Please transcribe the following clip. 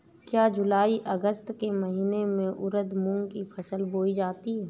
क्या जूलाई अगस्त के महीने में उर्द मूंग की फसल बोई जाती है?